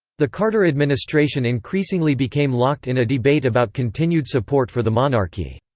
the carter administration increasingly became locked in a debate about continued support for the monarchy.